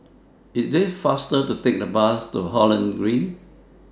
IT IS faster to Take The Bus to Holland Green